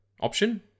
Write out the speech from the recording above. option